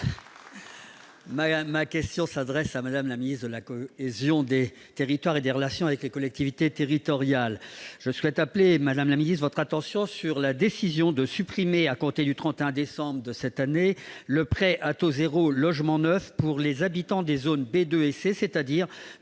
Ma question s'adresse à Mme la ministre de la cohésion des territoires et des relations avec les collectivités territoriales. Madame la ministre, je souhaite appeler votre attention sur la décision de supprimer, à compter du 31 décembre 2019, le prêt à taux zéro « logement neuf » pour les habitants des zones B2 et C, c'est-à-dire